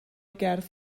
gerdd